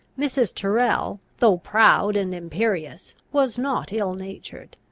mrs. tyrrel, though proud and imperious, was not ill-natured.